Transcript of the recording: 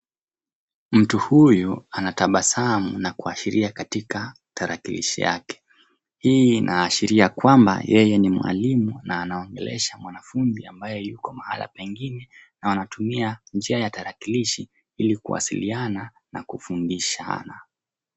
Mtu huyu anatabasamu na kuashiria katika tarakilishi yake. Hii inaashiria kwamba yeye ni mwalimu na anaongelesha mwanafunzi ambaye yuko mahali pengine na anatumia njia ya tarakilishi ili kuwasiliana na kufundishana.